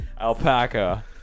Alpaca